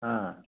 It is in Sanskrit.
आम्